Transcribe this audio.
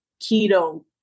Keto